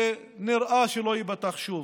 ונראה שלא ייפתח שוב.